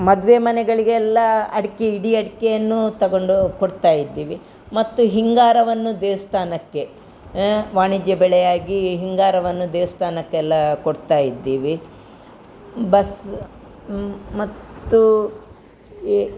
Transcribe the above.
ಮದುವೆ ಮನೆಗಳಿಗೆಲ್ಲ ಅಡ್ಕೆ ಇಡೀ ಅಡಿಕೆಯನ್ನು ತೊಗೊಂಡು ಕೊಡ್ತಾ ಇದ್ದೀವಿ ಮತ್ತು ಹಿಂಗಾರವನ್ನು ದೇವಸ್ಥಾನಕ್ಕೆ ಆಂ ವಾಣಿಜ್ಯ ಬೆಳೆಯಾಗಿ ಹಿಂಗಾರವನ್ನು ದೇವಸ್ಥಾನಕ್ಕೆಲ್ಲ ಕೊಡ್ತಾ ಇದ್ದೀವಿ ಬಸ್ ಮತ್ತು ಏ